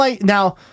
Now